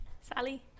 Sally